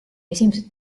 esimesed